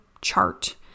chart